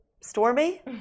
stormy